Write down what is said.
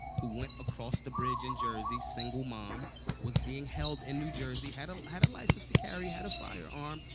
who went across the bridge in jersey single mom was being held in new jersey, had a had a license to carry, had a firearm,